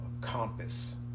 compass